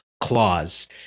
clause